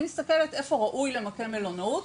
אני מסתכלת איפה ראוי למקם מלונאות,